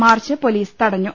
March police തടഞ്ഞു